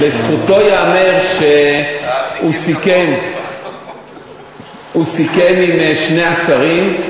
לזכותו ייאמר שהוא סיכם עם שני השרים,